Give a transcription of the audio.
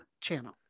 channel